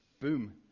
boom